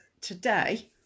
today